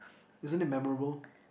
isn't it memorable